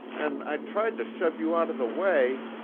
an' i tried to shove you out of the way